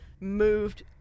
Moved